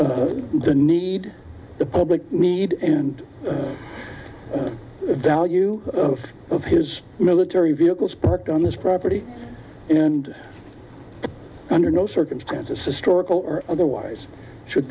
the need the public needs and value of his military vehicles parked on his property and under no circumstances historical or otherwise should